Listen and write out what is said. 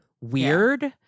weird